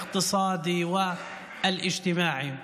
כלכלית וחברתית.